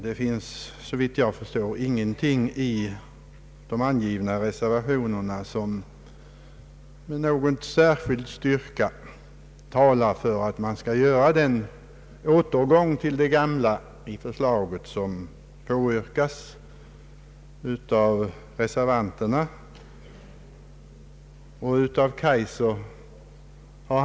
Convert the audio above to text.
Det finns, såvitt jag förstår, ingenting i de avgivna reservationerna som med någon särskild styrka talar för en återgång till det gamla system som påyrkas av reservanterna och delvis även av herr Kaijser.